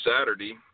Saturday